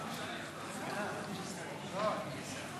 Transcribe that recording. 61,